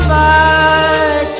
back